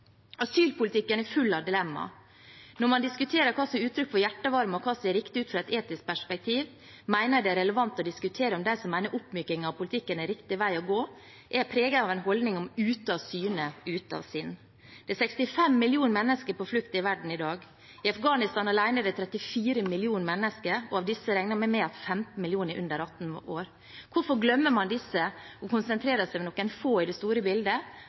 Asylpolitikken er full av dilemmaer. Når man diskuterer hva som er uttrykk for hjertevarme, og hva som er riktig ut fra et etisk perspektiv, mener jeg det er relevant å diskutere om de som mener oppmyking av politikken er riktig vei å gå, er preget av en holdning om ute-av-syne, ute-av-sinn. Det er 65 millioner mennesker på flukt i verden i dag. I Afghanistan alene er det 34 millioner mennesker, og av disse regner vi med at 15 millioner er under 18 år. Hvorfor glemmer man disse, og konsentrerer seg om noen få i det store bildet